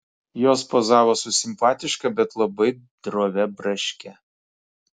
jos pozavo su simpatiška bet labai drovia braške